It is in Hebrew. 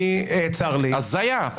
הזיה.